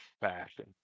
fashion